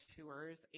tours